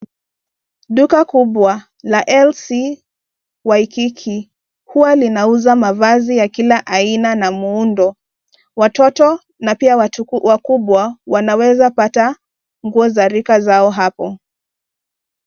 Duka kubwa la LC Waikiki huwa linauza mavazi ya kila aina na muundo. Watoto na pia watu wakubwa wanawezapata nguo za rika zao hapo.